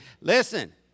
Listen